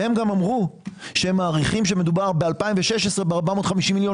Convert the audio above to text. הם גם אמרו שהם מעריכים שמדובר ב-2016 ב-45-0 מיליון